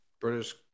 British